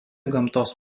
gamtos